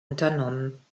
unternommen